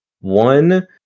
One